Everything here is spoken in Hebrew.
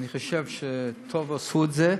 אני חושב שטוב שעשו את זה,